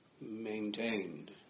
Maintained